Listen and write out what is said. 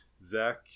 Zach